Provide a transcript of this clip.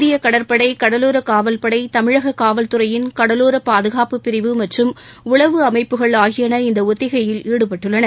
இந்திய கடற்படை கடலோர காவல்படை தமிழக காவல்துறையின் கடலோர பாதுகாப்புப் பிரிவு உளவு அமைப்புகள் ஆகியன இந்த ஒத்திகையில் ஈடுபட்டுள்ளன